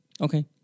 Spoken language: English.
Okay